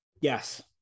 Yes